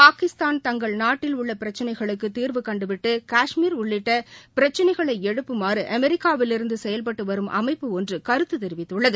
பாகிஸ்தான் தங்கள் நாட்டில் உள்ள பிரச்சினைகளுக்கு தீர்வு கண்டுவிட்டு கஷ்மீர் உள்ளிட்ட பிரச்சினைகளை எழுப்புமாறு அமெரிக்காவிலிருந்து செயல்பட்டு வரும் அமைப்பு ஒன்று கருத்து தெரிவித்துள்ளது